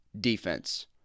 defense